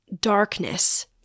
darkness